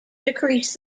decreased